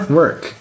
work